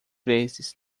vezes